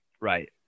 Right